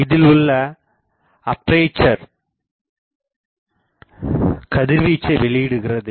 இதில் உள்ள அப்பேசர் கதிர்வீச்சை வெளியிடுகிறது